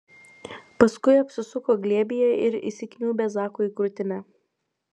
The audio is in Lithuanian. paskui apsisuko glėbyje ir įsikniaubė zakui į krūtinę